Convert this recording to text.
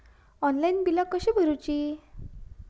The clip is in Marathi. ऑनलाइन बिला कशी भरूची?